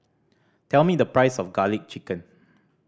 tell me the price of Garlic Chicken